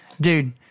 Dude